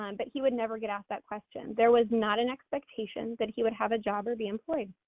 um but he would never get asked that question. there was not an expectation that he would have a job or be employed.